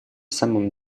самым